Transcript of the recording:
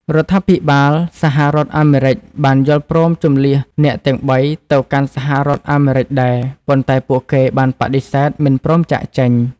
រដ្ឋាភិបាលសហរដ្ឋអាមេរិកបានយល់ព្រមជម្លៀសអ្នកទាំងបីទៅកាន់សហរដ្ឋអាមេរិកដែរ ប៉ុន្តែពួកគេបានបដិសេធមិនព្រមចាកចេញ។